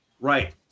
Right